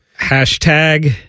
Hashtag